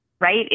right